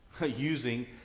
using